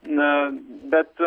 na bet